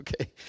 Okay